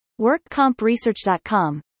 WorkCompResearch.com